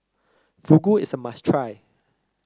fugu is a must try